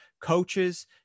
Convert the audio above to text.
coaches